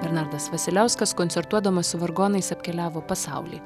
bernardas vasiliauskas koncertuodamas su vargonais apkeliavo pasaulį